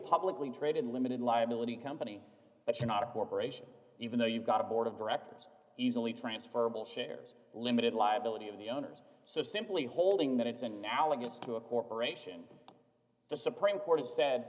publicly traded limited liability company but you're not a corporation even though you've got a board of directors easily transferable shares limited liability of the owners so simply holding that it's analogous to a corporation the supreme court